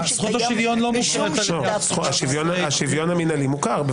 השוויון המינהלי מוכר.